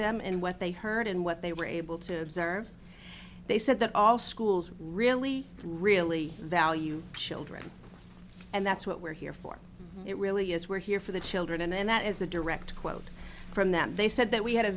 them and what they heard and what they were able to observe they said that all schools really really value children and that's what we're here for it really is we're here for the children and that is a direct quote from that they said that we had a